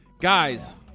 Guys